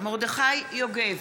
מרדכי יוגב,